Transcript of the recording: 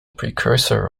precursor